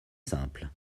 simple